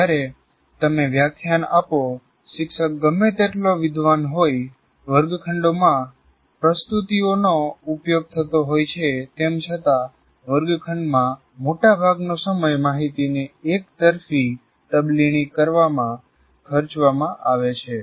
જ્યારે તમે વ્યાખ્યાન આપો શિક્ષક ગમે તેટલો વિદ્વાન હોય વર્ગખંડોમાં પ્રસ્તુતિઓનો ઉપયોગ થતો હોય છે તેમ છતાં વર્ગખંડમાં મોટાભાગનો સમય માહિતીને એક તરફી તબદીલી કરવામાં ખર્ચવામાં આવે છે